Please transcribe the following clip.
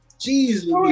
Jesus